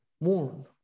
Mourn